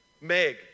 Meg